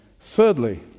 thirdly